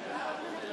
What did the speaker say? נא להצביע.